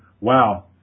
wow